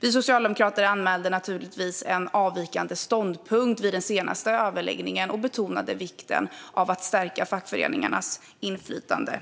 Vi socialdemokrater anmälde naturligtvis en avvikande ståndpunkt vid den senaste överläggningen och betonade vikten av att stärka fackföreningarnas inflytande.